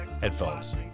headphones